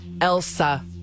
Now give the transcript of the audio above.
Elsa